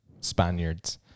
Spaniards